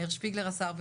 מאיר שפיגלר עשה הרבה.